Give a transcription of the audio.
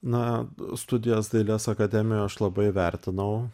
na studijas dailės akademijoj aš labai vertinau